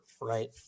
right